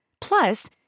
Plus